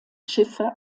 schiffe